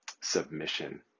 submission